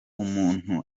umuntu